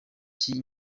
ry’i